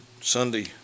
sunday